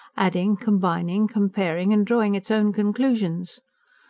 adding, combining, comparing, and drawing its own conclusions.